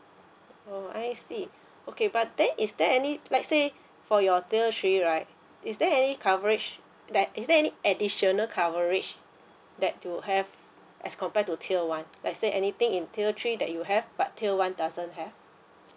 oh I see okay but then is there any let's say for your tier three right is there any coverage that is there any additional coverage that to have as compared to tier one let's say anything in tier three that you have but tier one doesn't have